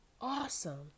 awesome